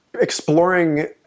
exploring